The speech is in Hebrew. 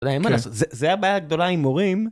תראה, אין מה לעשות, זה הבעיה הגדולה עם מורים